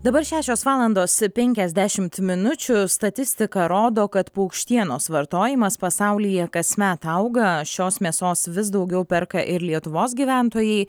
dabar šešios valandos penkiasdešimt minučių statistika rodo kad paukštienos vartojimas pasaulyje kasmet auga šios mėsos vis daugiau perka ir lietuvos gyventojai